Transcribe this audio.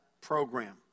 program